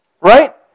right